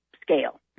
scale